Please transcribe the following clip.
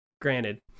granted